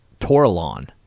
Toralon